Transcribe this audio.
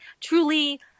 truly